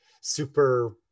super